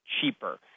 cheaper